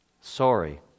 Sorry